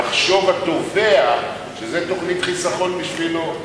יחשוב התובע שזאת תוכנית חיסכון בשבילו,